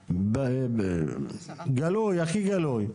גלוי, הכי גלוי.